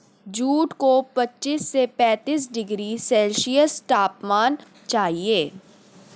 jute को पच्चीस से पैंतीस डिग्री सेल्सियस तापमान चाहिए